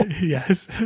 Yes